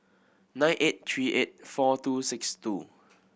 nine eight three eight four two six two